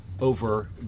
over